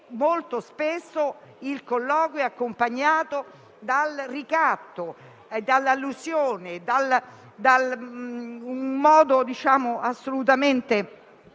Molto spesso il colloquio è accompagnato dal ricatto, dall'allusione e da un modo abbastanza